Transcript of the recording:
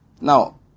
Now